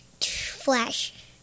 Flash